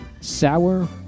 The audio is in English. Sour